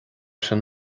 sin